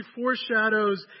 foreshadows